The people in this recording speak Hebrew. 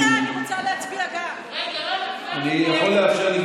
רגע, גם אני רוצה להצביע.